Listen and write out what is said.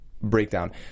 breakdown